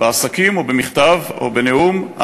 בעסקים או במכתב או בנאום,